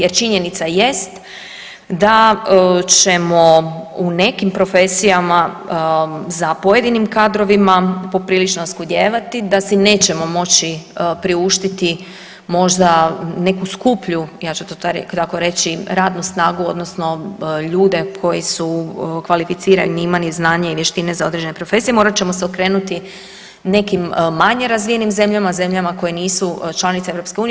Jer činjenica jest da ćemo u nekim profesijama za pojedinim kadrovima poprilično oskudijevati, da si nećemo moći priuštiti možda neku skuplju, ja ću to tako reći, radnu snagu odnosno ljude koji su kvalificirani i imali znanje i vještine za određene profesije morat ćemo se okrenuti nekim manje razvijenim zemljama, zemljama koje nisu članice EU.